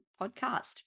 podcast